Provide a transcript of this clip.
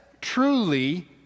truly